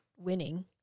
winning